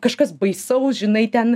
kažkas baisaus žinai ten